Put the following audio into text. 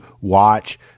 watch